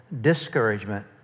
discouragement